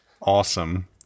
Awesome